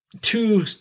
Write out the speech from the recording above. Two